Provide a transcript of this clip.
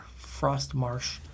Frostmarsh